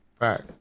Right